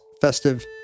festive